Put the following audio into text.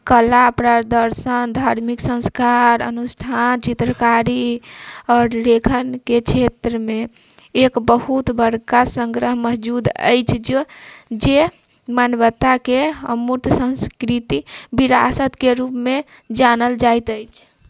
कला प्रदर्सन धार्मिक संस्कार अनुष्ठान चित्रकारी आओर लेखनके क्षेत्रमे एक बहुत बड़का सङ्ग्रह मौजूद अछि जे मानवताके अमूर्त संस्कृतिके विरासतके रूपमे जानल जाइत अछि